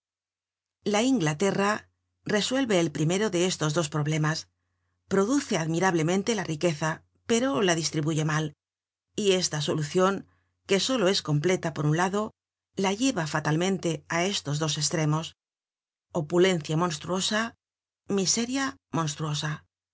la inglaterra resuelve el primero de estos dos problemas produce admirablemente la riqueza pero la distribuye mal y esta solucion que solo es completa por un lado la lleva fatalmente á estos dos estremos opulencia monstruosa miseria monstruosa